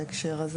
בהקשר הזה,